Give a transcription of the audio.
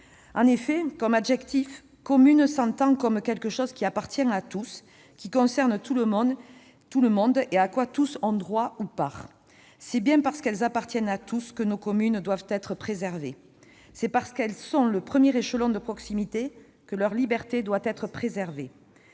En effet, comme adjectif, « commune » s'entend comme quelque chose « qui appartient à tous, qui concerne tout le monde, à quoi tous ont droit ou part ». C'est bien parce qu'elles appartiennent à tous que nos communes doivent être préservées. C'est parce qu'elles sont le premier échelon de proximité que leur liberté doit être préservée.